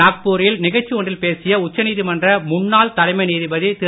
நாக்பூரில் நிகழ்ச்சி ஒன்றில் பேசிய உச்ச நீதிமன்ற முன்னாள் தலைமை நீதிபதி திரு